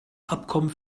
abkommen